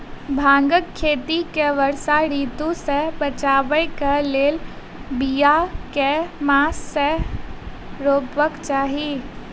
भांगक खेती केँ वर्षा ऋतु सऽ बचेबाक कऽ लेल, बिया केँ मास मे रोपबाक चाहि?